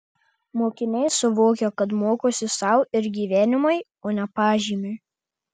mokiniai suvokia kad mokosi sau ir gyvenimui o ne pažymiui